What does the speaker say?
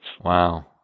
Wow